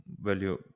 value